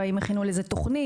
אם הכינו לזה תקציב,